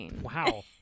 Wow